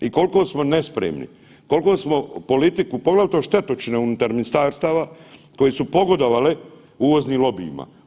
I koliko smo nespremni, koliko smo politiku, poglavito štetočine unutar ministarstava koje su pogodovale uvoznim lobijima.